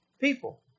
People